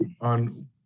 on